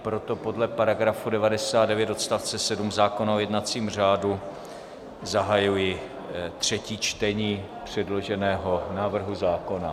Proto podle § 99 odst. 7 zákona o jednacím řádu zahajuji třetí čtení předloženého návrhu zákona.